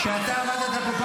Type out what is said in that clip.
ככה אני, מחמיר.